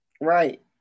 Right